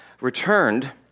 returned